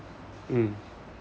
mm